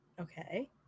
Okay